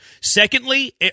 Secondly